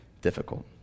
difficult